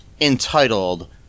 entitled